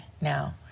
Now